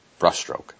brushstroke